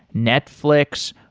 netflix,